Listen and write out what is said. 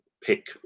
pick